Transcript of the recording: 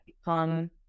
become